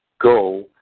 go